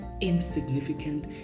insignificant